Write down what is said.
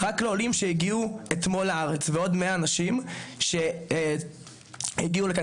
רק לעולים שהגיעו אתמול לארץ ועוד 100 אנשים שהגיע לכאן